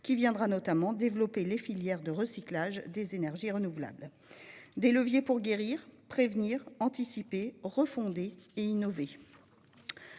qui permettra notamment de développer les filières de recyclage des énergies renouvelables. Ce sont autant de leviers pour guérir, prévenir, anticiper, refonder, innover.